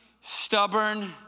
stubborn